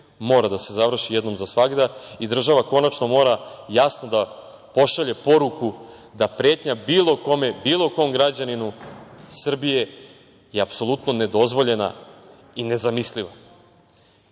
mora da se završi jednom za svagda i država konačno mora jasno da pošalje poruku da pretnja bilo kome, bilo kom građaninu Srbije je apsolutno nedozvoljena i nezamisliva. Ja